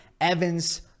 Evans